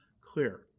clear